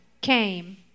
came